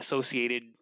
associated